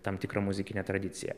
tam tikrą muzikinę tradiciją